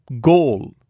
goal